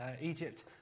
Egypt